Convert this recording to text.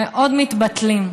מאוד מתבטלים,